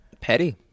Petty